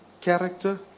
character